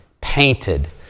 painted